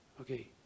Okay